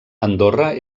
andorra